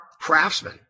craftsmen